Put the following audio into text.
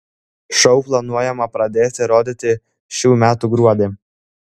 šou planuojama pradėti rodyti šių metų gruodį